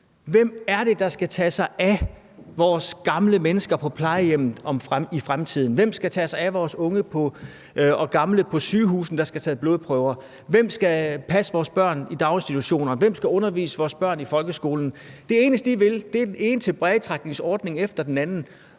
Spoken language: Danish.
Hvem er det, der skal tage sig af vores gamle mennesker på plejehjemmene i fremtiden? Hvem skal tage sig af vores unge og gamle på sygehusene, som skal have taget blodprøver? Hvem skal passe vores børn i daginstitutionerne? Hvem skal undervise vores børn i folkeskolen? Det eneste, I vil, er at lave den ene tilbagetrækningsordning efter den anden.